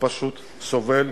פשוט סובל,